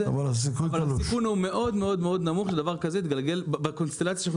אבל הסיכון שדבר כזה יתגלגל לפה בקונסטלציה שאנחנו